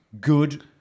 good